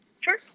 Sure